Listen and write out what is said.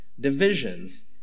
divisions